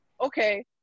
okay